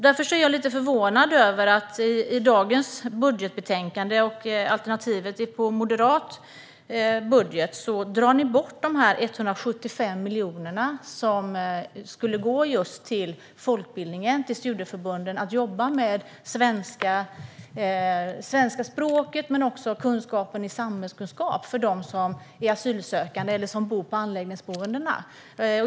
Därför är jag lite förvånad över att ni i alternativet till moderat budget vill ta bort de 175 miljoner som skulle gå just till folkbildningen och studieförbunden för att man ska jobba med det svenska språket och samhällskunskap för dem som är asylsökande eller som bor på anläggningsboendena.